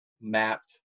mapped